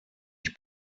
ich